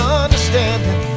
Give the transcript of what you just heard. understanding